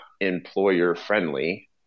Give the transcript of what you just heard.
employer-friendly